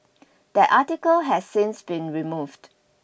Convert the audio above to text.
that article has since been removed